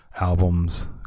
album's